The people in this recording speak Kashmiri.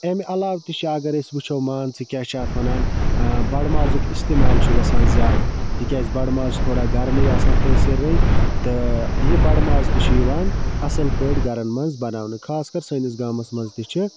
امہِ عَلاو تہِ چھِ اگر أسۍ وٕچھو مان ژٕ کیاہ چھِ اتھ وَنان بَڑمازُک اِستعمال چھُ گَژھان زیادٕ تِکیازِ بَڑماز چھُ تھوڑا گَرمٕے آسان تٲسیٖر رٔنٛگۍ تہٕ یہِ بَڑماز تہِ چھُ یِوان اصل پٲٹھۍ گَرَن مَنٛز بَناونہٕ خاص کر سٲنِس گامَس مَنٛز تہِ چھِ